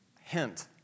Hint